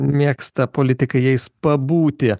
mėgsta politikai jais pabūti